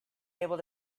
able